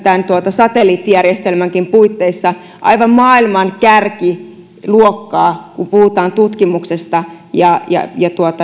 satelliittijärjestelmänkin puitteissa aivan maailman kärkiluokkaa kun puhutaan tutkimuksesta ja ja